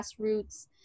grassroots